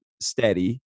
steady